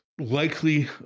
likely